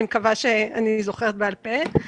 ואני מקווה שאני זוכרת בעל-פה.